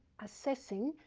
assessing,